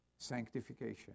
Sanctification